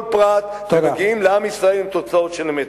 פרט ומגיעים לעם ישראל עם תוצאות של אמת.